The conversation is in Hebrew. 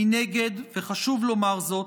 מנגד, וחשוב לומר זאת,